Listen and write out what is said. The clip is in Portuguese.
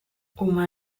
uma